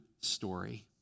story